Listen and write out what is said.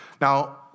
Now